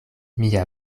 mia